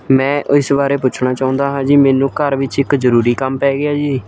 ਮੈਂ ਇਸ ਬਾਰੇ ਪੁੱਛਣਾ ਚਾਹੁੰਦਾ ਹਾਂ ਜੀ ਮੈਨੂੰ ਘਰ ਵਿੱਚ ਇੱਕ ਜ਼ਰੂਰੀ ਕੰਮ ਪੈ ਗਿਆ ਜੀ